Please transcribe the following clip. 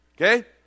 Okay